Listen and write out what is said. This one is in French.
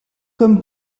comme